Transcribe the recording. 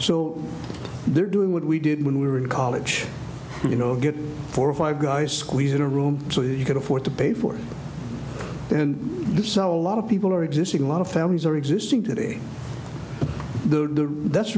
so they're doing what we did when we were in college you know get four or five guys squeeze in a room so you can afford to pay for and if so a lot of people are existing law families are existing today th